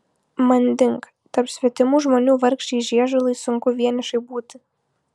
manding tarp svetimų žmonių vargšei žiežulai sunku vienišai būti